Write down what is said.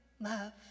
love